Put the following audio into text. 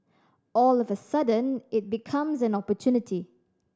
all of a sudden it becomes an opportunity